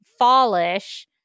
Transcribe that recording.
fallish